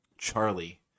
Charlie